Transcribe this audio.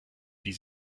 die